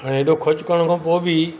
ऐं एॾो खोज करण खां पोइ बि